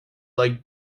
like